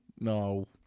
No